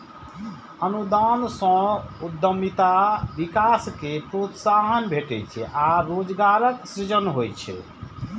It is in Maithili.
अनुदान सं उद्यमिता विकास कें प्रोत्साहन भेटै छै आ रोजगारक सृजन होइ छै